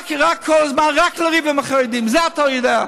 כל הזמן רק לריב עם החרדים, את זה אתה יודע.